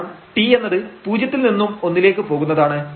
കാരണം t എന്നത് പൂജ്യത്തിൽ നിന്നും ഒന്നിലേക്കു പോകുന്നതാണ്